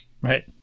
Right